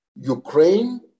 Ukraine